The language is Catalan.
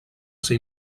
ser